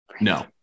No